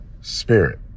spirit